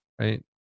right